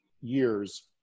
years